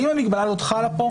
האם המגבלה הזאת חלה כאן?